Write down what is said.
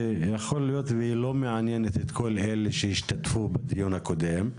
שיכול להיות והיא לא מעניינת את כל אלה שהשתתפו בדיון הקודם.